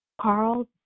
Carl